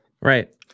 right